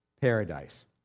paradise